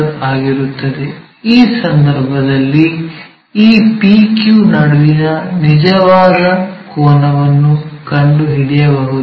ಆಗಿರುತ್ತದೆ ಈ ಸಂದರ್ಭದಲ್ಲಿ ಈ PQ ನಡುವಿನ ನಿಜವಾದ ಕೋನವನ್ನು ಕಂಡುಹಿಡಿಯಬಹುದೇ